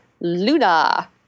Luna